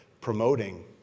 promoting